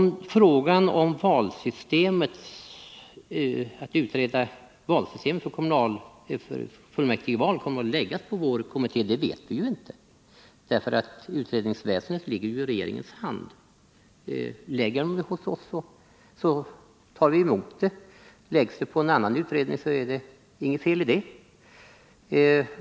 Huruvida uppgiften att utreda valsystemet till kommunfullmäktigeval kommer att läggas på vår kommitté vet vi inte. Utredningsväsendet ligger ju i regeringens hand. Lägger regeringen denna uppgift på oss tar vi givetvis emot den. Läggs den på en annan utredning är det inte något fel i det.